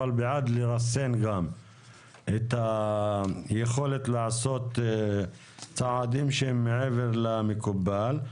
אבל גם בעד לרסן את היכולת לעשות צעדים שהם מעבר למקובל.